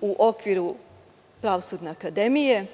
u okviru Pravosudne akademije